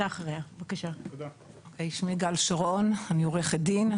אני עורכת דין,